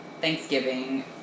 Thanksgiving